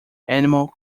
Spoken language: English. animal